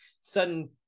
sudden